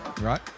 Right